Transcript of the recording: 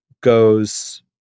goes